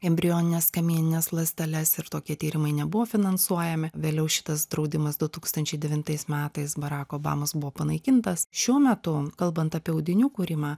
embrionines kamienines ląsteles ir tokie tyrimai nebuvo finansuojami vėliau šitas draudimas du tūkstančiai devintais metais barako obamos buvo panaikintas šiuo metu kalbant apie audinių kūrimą